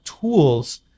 tools